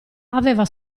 aveva